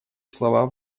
слова